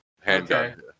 handgun